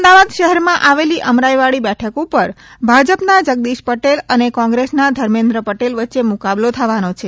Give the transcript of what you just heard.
અમદાવાદ શહેરમાં આવેલી અમરાઈવાડી બેઠક ઉપર ભાજપના જગદીશ પટેલ અને કોંગ્રેસના ધર્મેન્દ્ર પટેલ વચ્ચે મુકાબલો થવાનો છે